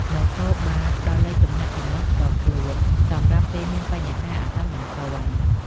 នគរបាលផ្តល់លេខទំនាក់ទំនងផ្ទាល់ខ្លួន សម្រាប់ពេលមានបញ្ហាអាសន្នបន្ទាន់។